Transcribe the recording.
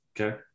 Okay